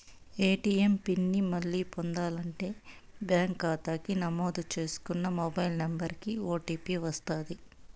ATM PIN ని మళ్ళీ పొందాలంటే బ్యాంకు కాతాకి నమోదు చేసుకున్న మొబైల్ నంబరికి ఓ.టీ.పి వస్తది